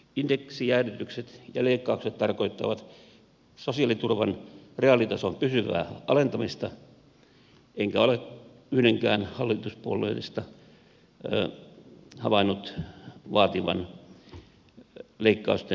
indeksijäädytykset ja leikkaukset tarkoittavat sosiaaliturvan reaalitason pysyvää alentamista enkä ole yhdenkään hallituspuolueista havainnut vaativan leikkausten myöhempää hyvittämistä